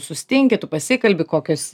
susitinki tu pasikalbi kokios